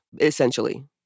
essentially